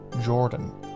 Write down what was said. Jordan